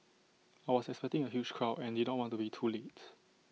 I was expecting A huge crowd and did not want to be too late